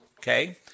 okay